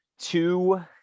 Two